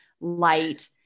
light